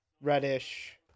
Reddish